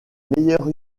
meilleure